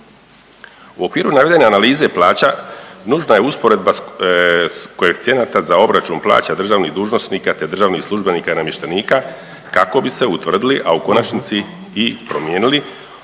U okviru navedene analize plaća nužna je usporedba koeficijenata za obračun plaća državnih dužnosnika te državnih službenika i namještenika kako bi se utvrdili, a u konačnici i promijenili